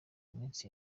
minsi